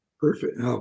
Perfect